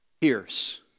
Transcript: Pierce